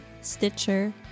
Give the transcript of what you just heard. Stitcher